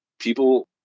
people